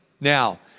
Now